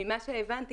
ממה שהבנתי,